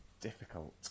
difficult